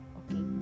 okay